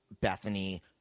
Bethany